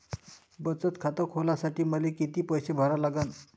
बचत खात खोलासाठी मले किती पैसे भरा लागन?